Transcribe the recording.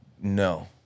No